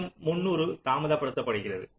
மீண்டும் 300 தாமதப்படுகிறது